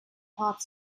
path